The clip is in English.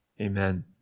Amen